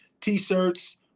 T-shirts